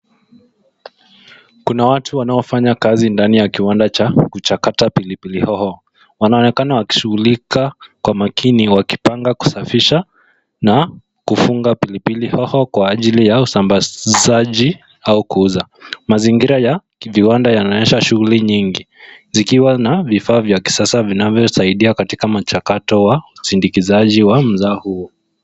Kuna watu wanaofanya kazi ndani ya kiwanda cha kuchakata pilipili hoho. Wanaonekana wakishughulika kwa makini wakipanga, kusafisha na kufunga pilipili hoho kwa ajili ya usambazaji au kuuza. Mazingira ya viwanda yanaonyesha shughuli nyingi, zikiwa na vifaa vya kisasa vinavyosaidia katika mchakato wa usindikizaji wa mzao huo.